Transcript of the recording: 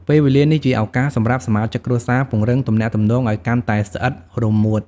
ពេលវេលានេះជាឱកាសសម្រាប់សមាជិកគ្រួសារ ពង្រឹងទំនាក់ទំនង ឱ្យកាន់តែស្អិតរមួត ។